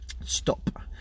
stop